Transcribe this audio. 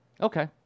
Okay